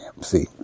see